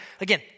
again